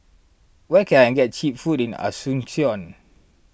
where can I get Cheap Food in Asuncion